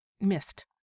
missed